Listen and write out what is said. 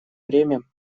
время